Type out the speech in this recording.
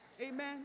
Amen